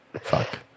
Fuck